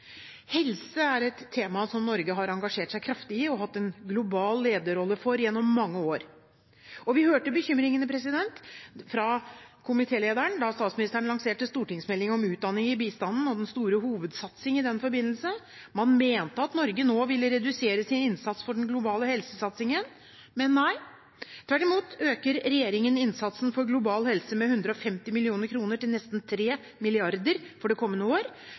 Helse er et tema som Norge har engasjert seg kraftig i og hatt en global lederrolle for gjennom mange år. Man hørte bekymringene fra komitélederen da statsministeren lanserte stortingsmeldingen om utdanning i bistanden og den store hovedsatsingen i den forbindelse. Man mente at Norge nå ville redusere sin innsats for den globale helsesatsingen. – Men nei, tvert imot øker regjeringen innsatsen for global helse med 150 mill. kr til nesten 3 mrd. kr for det kommende år,